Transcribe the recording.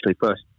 first